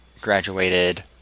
graduated